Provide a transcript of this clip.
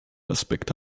aspekte